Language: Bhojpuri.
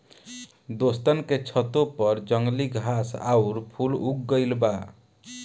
दोस्तन के छतों पर जंगली घास आउर फूल उग गइल बा